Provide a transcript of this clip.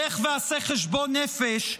לך ועשה חשבון נפש,